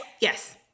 yes